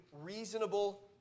reasonable